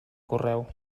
correu